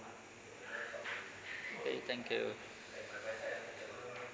okay thank you